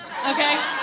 Okay